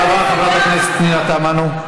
תודה רבה, חברת הכנסת פנינה תמנו.